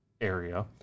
area